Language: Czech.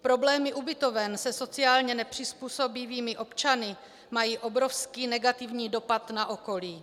Problémy ubytoven se sociálně nepřizpůsobivými občany mají obrovský negativní dopad na okolí.